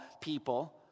people